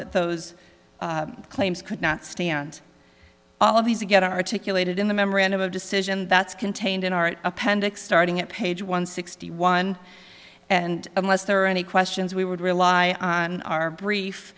that those claims could not stand all of these again articulated in the memorandum of decision that's contained in our appendix starting at page one sixty one and unless there are any questions we would rely on our brief